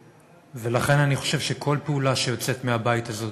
ולכן אני חושב שכל פעולה שיוצאת מהבית הזה,